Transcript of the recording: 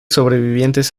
sobrevivientes